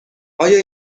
آیا